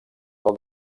del